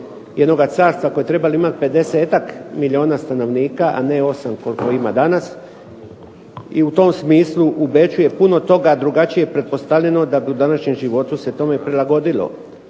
jednoga carstva koja je trebala imati pedesetak milijuna stanovnika, a ne 8 koliko ima danas. I u tom smislu u Beču je puno toga drugačije pretpostavljeno da do u današnjem životu se tome prilagodilo.